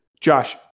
Josh